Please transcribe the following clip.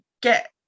get